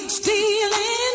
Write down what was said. stealing